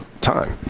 time